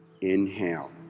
inhale